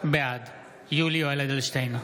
בעד יולי יואל אדלשטיין,